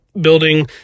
building